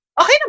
Okay